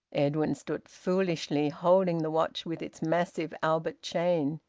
edwin stood foolishly holding the watch with its massive albert chain.